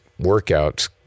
workouts